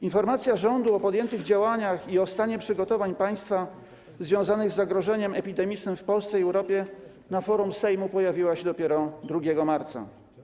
Informacja rządu o podjętych działaniach i o stanie przygotowań państwa związanych z zagrożeniem epidemicznym w Polsce i Europie na forum Sejmu pojawiła się dopiero 2 marca.